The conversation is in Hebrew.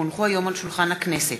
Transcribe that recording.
כי הונחו היום על שולחן הכנסת,